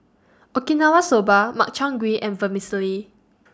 Okinawa Soba Makchang Gui and Vermicelli